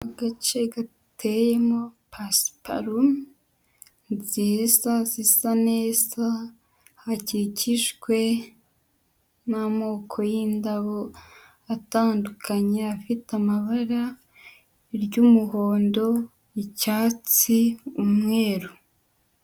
Agace gateyemo pasiparumu nziza zisa neza hakikijwe n'amoko y'indabo atandukanye afite amabara iry'umuhondo, icyatsi, umweru.